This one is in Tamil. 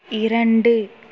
இரண்டு